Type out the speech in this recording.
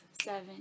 seven